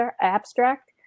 abstract